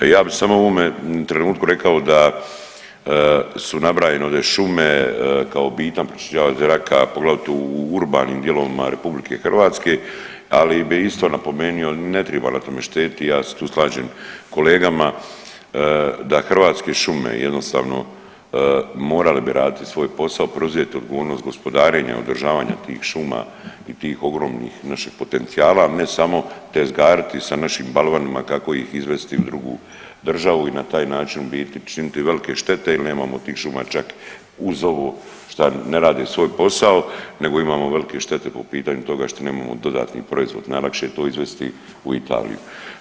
A ja bi samo u ovome trenutku rekao da su nabrajane ovdje šume kao bitan pročišćavač zraka poglavito u urbanim dijelovima RH, ali bi isto napomenuo, ne triba na tome štediti, ja se tu slažem s kolegama da Hrvatske šume jednostavno morale bi raditi svoj posao, preuzeti odgovornost gospodarenja i održavanja tih šuma i tih ogromnih naših potencijala, a ne samo tezgariti sa našim balvanima kako ih izvesti u drugu državu i na taj način u biti učiniti velike štete jel nemamo tih šuma čak uz ovo šta ne rade svoj posao nego imamo velike štete po pitanju toga šta nemamo dodatni proizvod, najlakše je to izvesti u Italiju.